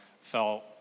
felt